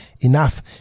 enough